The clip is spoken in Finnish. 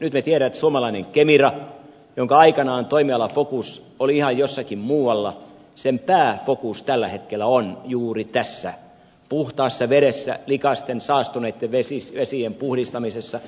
nyt me tiedämme että suomalaisen kemiran jonka toimialafokus aikanaan oli ihan jossain muualla pääfokus tällä hetkellä on juuri tässä puhtaassa vedessä likaisten saastuneitten vesien puhdistamisessa